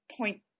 point